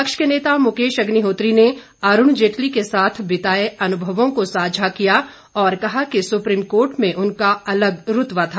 विपक्ष के नेता मुकेश अग्निहोत्री ने अरुण जेटली के साथ बिताए अनुभवों को सांझा किया और कहा कि सुप्रीमकोर्ट में उनका अलग रुतबा था